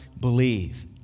believe